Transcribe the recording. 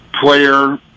player